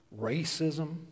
racism